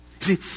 see